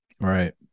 Right